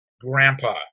Grandpa